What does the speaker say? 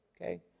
okay